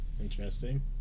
Interesting